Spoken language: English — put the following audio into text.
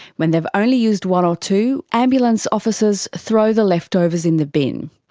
when they've only used one or two, ambulance officers throw the leftovers in the bin.